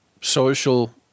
social